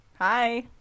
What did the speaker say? Hi